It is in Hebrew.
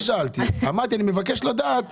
אמרתי שאני מבקש לדעת